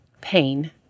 pain